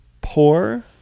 poor